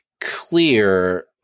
clear